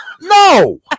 No